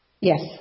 Yes